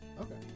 Okay